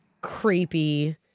creepy